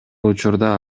учурда